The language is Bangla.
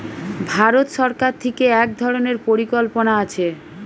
ভারত সরকার থিকে এক ধরণের পরিকল্পনা আছে